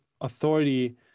authority